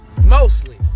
mostly